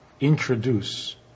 introduce